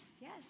yes